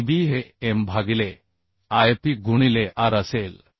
Pb हे M भागिले Ip गुणिले r असेल